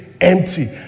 empty